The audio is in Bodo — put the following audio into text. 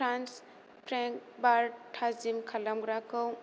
फ्रान्स फ्रेंक बार थाजिम खालामग्राखौ